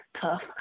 tough